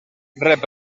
rep